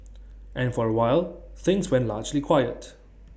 and for awhile things went largely quiet